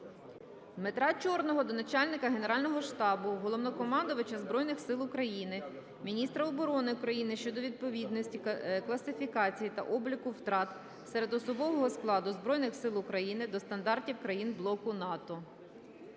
Дмитра Чорного до Начальника Генерального штабу - Головнокомандувача Збройних Сил України, міністра оборони України щодо невідповідності класифікації та обліку втрат серед особового складу Збройних Сил України до стандартів країн блоку НАТО.